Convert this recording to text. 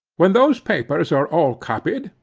when those papers are all copied,